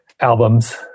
albums